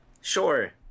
Sure